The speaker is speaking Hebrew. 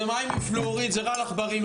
זה מים עם פלואוריד, זה רעל עכברים.